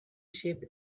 shaped